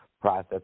process